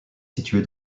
située